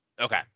okay